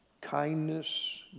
kindness